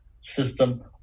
system